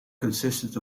consisted